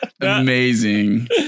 Amazing